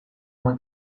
uma